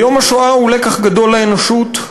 ויום השואה הוא לקח גדול לאנושות,